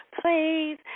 please